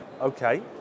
Okay